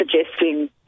suggesting